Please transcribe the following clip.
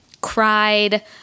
cried